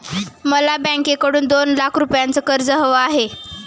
मला बँकेकडून दोन लाख रुपयांचं कर्ज हवं आहे